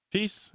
Peace